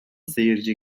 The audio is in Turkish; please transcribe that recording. seyirci